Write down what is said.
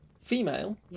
female